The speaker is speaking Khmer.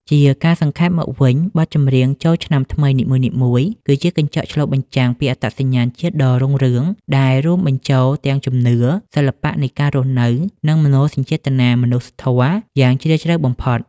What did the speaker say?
ជាការសង្ខេបមកវិញ បទចម្រៀងចូលឆ្នាំនីមួយៗគឺជាកញ្ចក់ឆ្លុះបញ្ចាំងពីអត្តសញ្ញាណជាតិដ៏រុងរឿង ដែលរួមបញ្ចូលទាំងជំនឿ សិល្បៈនៃការរស់នៅ និងមនោសញ្ចេតនាមនុស្សធម៌យ៉ាងជ្រាលជ្រៅបំផុត។